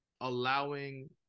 allowing